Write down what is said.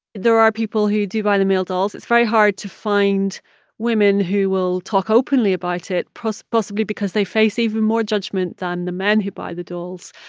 there are people who do buy the male dolls. it's very hard to find women who will talk openly about it, possibly because they face even more judgment than the men who buy the dolls.